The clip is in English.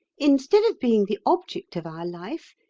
instead of being the object of our life,